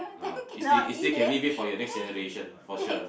ah you still you still can leave it for your next generation for sure